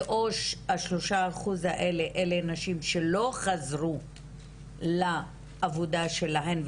שהשלושה אחוז האלה הן נשים שלא חזרו לעבודה שלהן,